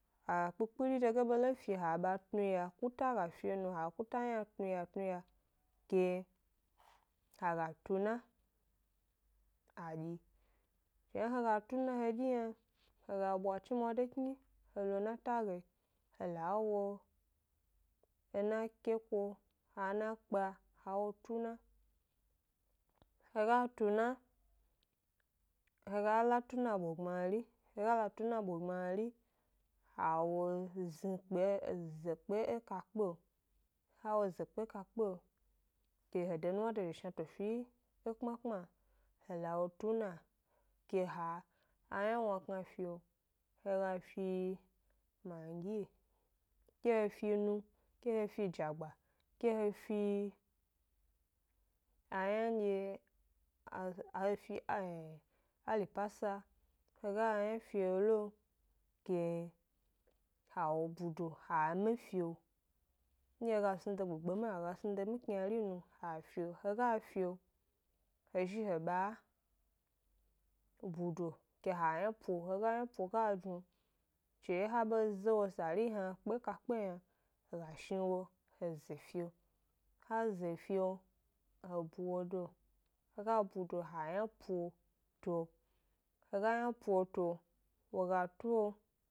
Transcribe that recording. Akpikpiri dege be lo fio ha ba tnuya, kuta ga fio nu ha kuta hna tnuya tnuya, ke a ga tuna a dyi, shna he ga tuna he dyi yna, he ga bwa chnimwa de kni, he lo nata ge, he la wo na ke kuo, ha na kpa ha wo tuna, he ga tuna, he ga la tu na bo gbamri, he ga la tu na bo gbari, ha wo zni kpe ze kpe e kpeo, ha wo ze kpe e kakpeo, ke he de nuwna dozhi to fi e kpma kpma, he la wo tu na ke ha eyna wmakna fio, he ga fi magi, ke he fi nu ke he fi jagba, ke he fi aynandye a he fi > alipasa, he ga yna fio lo, ke ha wo budo, ha 'mi fio, ndye he ga snu de gbegbe mi yi, he ga ga snu de mi knyari yi nu, ha fio he ga fio, he zhi he ba budo ke ha yna puo, he ga yna puo ga jnu, chewyi ha be ze wo sari hna kpe e kakpe yna, he ga shni wo h ze fio, ha ze fio, he bu wo do he ga budo ha yna puo to, he ga yna puo to wo ga tuo